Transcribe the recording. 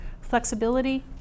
Flexibility